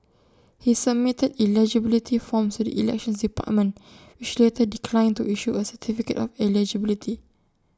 he submitted eligibility forms to the elections department which later declined to issue A certificate of eligibility